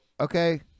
okay